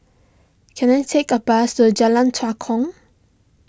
can I take a bus to Jalan Tua Kong